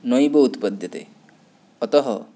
नैव उत्पद्यते अतः